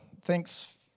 Thanks